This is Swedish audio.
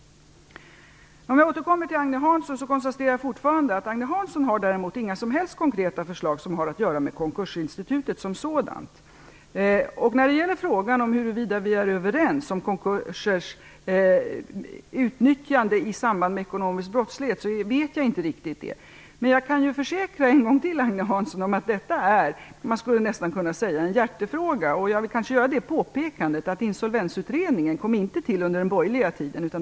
Jag konstaterar fortfarande att Agne Hansson inte har några som helst konkreta förslag som har att göra med konkursinstitutet som sådant. Agne Hansson frågade om vi är överens om att konkurser utnyttjas i samband med ekonomisk brottslighet. Jag vet inte riktigt det. Men jag kan än en gång försäkra Agne Hansson om att detta är något av en hjärtefråga. Jag vill också påpeka att Insolvensutredningen inte kom till under den borgerliga regeringens tid.